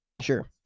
Sure